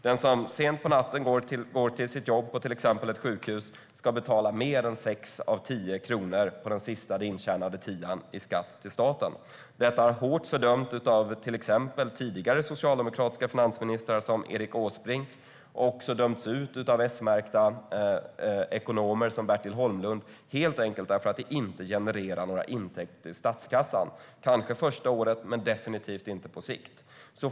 Den som sent på natten går till sitt jobb på till exempel ett sjukhus ska betala mer än 6 av 10 kronor på den sista intjänade tian i skatt till staten. Detta har hårt fördömts av till exempel tidigare socialdemokratiska finansministrar, som Erik Åsbrink. Det har också dömts ut av S-märkta ekonomer som Bertil Holmlund, helt enkelt därför att det inte genererar några intäkter till statskassan. Det kanske gör det under det första året men definitivt inte på sikt.